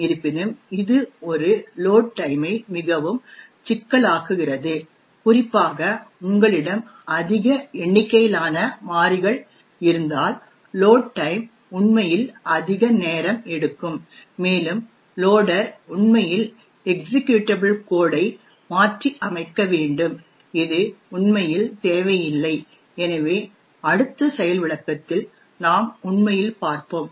இருப்பினும் இது ஒரு லோட் டைமை மிகவும் சிக்கலாக்குகிறது குறிப்பாக உங்களிடம் அதிக எண்ணிக்கையிலான மாறிகள் இருந்தால் லோட் டைம் உண்மையில் அதிக நேரம் எடுக்கும் மேலும் லோடர் உண்மையில் எக்சிக்யூடபிள் கோட் ஐ மாற்றியமைக்க வேண்டும் இது உண்மையில் தேவையில்லை எனவே அடுத்த செயல் விளக்கத்தில் நாம் உண்மையில் பார்ப்போம்